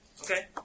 Okay